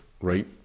right